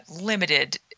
limited